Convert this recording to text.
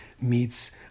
meets